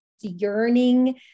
yearning